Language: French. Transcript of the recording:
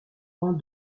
rang